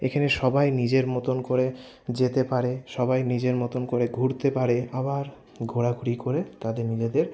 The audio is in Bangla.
এখানে সবাই নিজের মতোন করে যেতে পারে সবাই নিজের মতোন করে ঘুরতে পারে আবার ঘোরাঘুরি করে তাদের নিজেদের